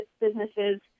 businesses